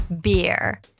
beer